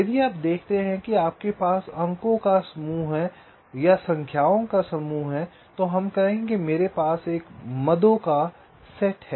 यदि आप देखते हैं कि आपके पास अंकों का समूह है या संख्याओं का समूह है तो हम कहें कि मेरे पास मदों का एक सेट है